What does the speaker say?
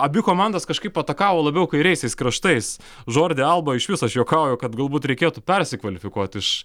abi komandos kažkaip atakavo labiau kairiaisiais kraštais žordi alba išvis aš juokauju kad galbūt reikėtų persikvalifikuoti iš